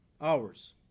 hours